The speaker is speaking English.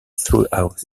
throughout